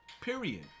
period